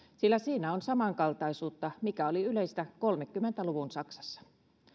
sillä siinä on samankaltaisuutta mikä oli yleistä kolmekymmentä luvun saksassa